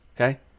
Okay